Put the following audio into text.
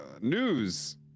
news